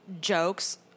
jokes